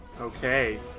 Okay